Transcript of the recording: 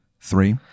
Three